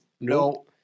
No